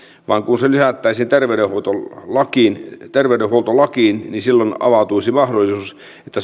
vaan kun se lisättäisiin terveydenhuoltolakiin terveydenhuoltolakiin niin silloin avautuisi mahdollisuus että